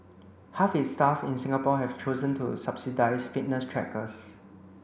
half its staff in Singapore have chosen to subsidised fitness trackers